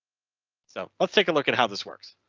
so let's take a look at how this works.